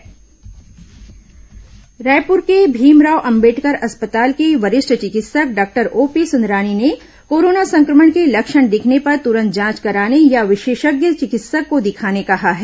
corona समाचार जागरूकता रायपुर के भीमराव अंबेडकर अस्पताल के वरिष्ठ चिकित्सक डॉक्टर ओपी सुंदरानी ने कोरोना संक्रमण के लक्षण दिखने पर तूरंत जांच कराने या विशेषज्ञ चिकित्सक को दिखाने कहा है